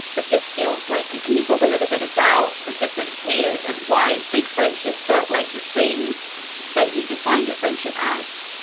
but this feels like it. can you talk a little bit about the different tiers and why big friendship felt like the thing that you defined your friendship as?